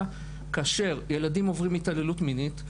כאשר ילדים עוברים התעללות מינית,